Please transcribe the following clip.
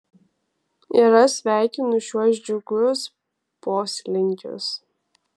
ir aš sveikinu šiuos džiugius poslinkius